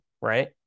right